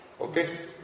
Okay